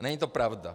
Není to pravda.